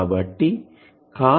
కాబట్టి కాస్ సున్నా విలువ 1